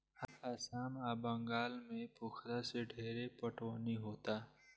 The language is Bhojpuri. आसाम आ बंगाल में पोखरा से ढेरे पटवनी होता